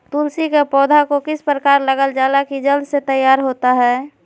तुलसी के पौधा को किस प्रकार लगालजाला की जल्द से तैयार होता है?